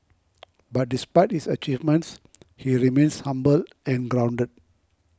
but despite his achievements he remains humble and grounded